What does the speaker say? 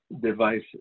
devices